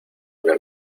una